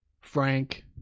Frank